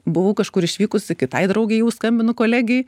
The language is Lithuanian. buvau kažkur išvykusi kitai draugei jau skambinu kolegei